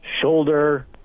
shoulder